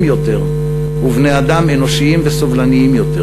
יותר ובני-אדם אנושיים וסובלניים יותר,